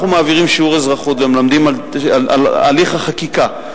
אם אנחנו מעבירים שיעור אזרחות ומלמדים על הליך החקיקה,